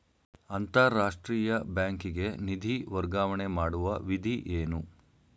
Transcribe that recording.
ಅಂತಾರಾಷ್ಟ್ರೀಯ ಬ್ಯಾಂಕಿಗೆ ನಿಧಿ ವರ್ಗಾವಣೆ ಮಾಡುವ ವಿಧಿ ಏನು?